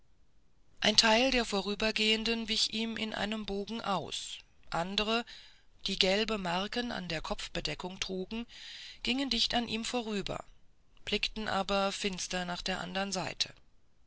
ein teil der vorübergehenden wich ihm in einem bogen aus andre die gelbe marken an der kopfbedeckung trugen gingen zwar dicht an ihm vorüber blickten aber finster nach der andern seite